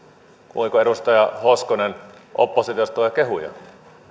kuuliko edustaja hoskonen oppositiosta tulee kehuja